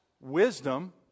wisdom